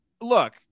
look